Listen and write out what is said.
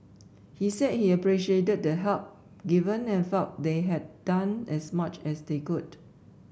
he said he appreciated the help given and felt they had done as much as they could